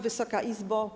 Wysoka Izbo!